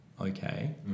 Okay